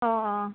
অঁ অঁ